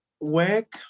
work